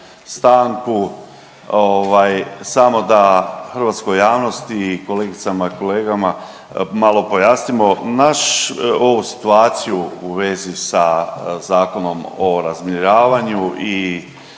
stanku ovaj samo da hrvatskoj javnosti i kolegicama i kolegama malo pojasnimo naš ovu situaciju u vezi sa Zakonom o razminiravanju i